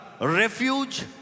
refuge